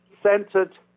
centered